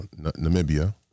Namibia